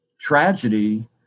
tragedy